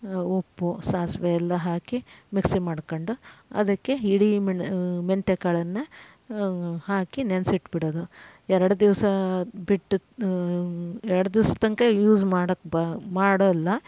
ಉಪ್ಪು ಸಾಸಿವೆ ಎಲ್ಲ ಹಾಕಿ ಮಿಕ್ಸಿ ಮಾಡ್ಕೊಂಡು ಅದಕ್ಕೆ ಇಡೀ ಮೆಣ ಮೆಂತ್ಯ ಕಾಳನ್ನು ಹಾಕಿ ನೆನಸಿಟ್ಬಿಡೋದು ಎರಡು ದಿವಸ ಬಿಟ್ಟು ಎರಡು ದಿವ್ಸದ ತನಕ ಯೂಸ್ ಮಾಡೋಕ್ ಬ ಮಾಡೋಲ್ಲ